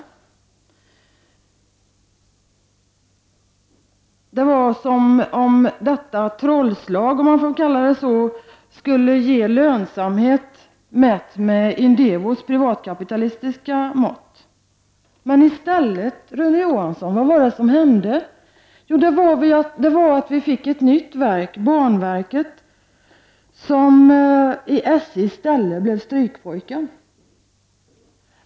Det var som om detta trollslag skulle skapa lönsamhet mätt med Indevos privatkapitalistiska mått. Men vad var det som hände i stället, Rune Johansson? Jo, vi fick ett nytt verk, banverket, som i SJs ställe blev strykpojken.